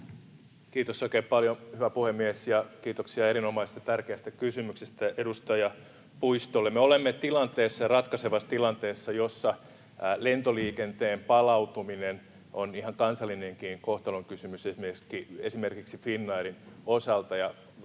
Kiitos oikein paljon, hyvä puhemies, ja kiitoksia erinomaisesta ja tärkeästä kysymyksestä edustaja Puistolle. Me olemme tilanteessa, ratkaisevassa tilanteessa, jossa lentoliikenteen palautuminen on ihan kansallinenkin kohtalonkysymys esimerkiksi Finnairin osalta,